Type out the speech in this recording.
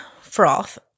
Froth